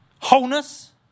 Wholeness